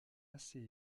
assez